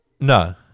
No